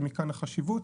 ומכאן החשיבות,